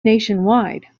nationwide